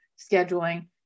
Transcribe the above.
scheduling